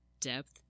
depth